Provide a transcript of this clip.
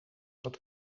dat